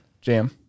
Jam